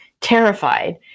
terrified